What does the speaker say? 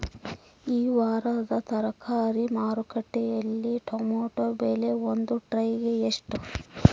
ಈ ವಾರದ ತರಕಾರಿ ಮಾರುಕಟ್ಟೆಯಲ್ಲಿ ಟೊಮೆಟೊ ಬೆಲೆ ಒಂದು ಟ್ರೈ ಗೆ ಎಷ್ಟು?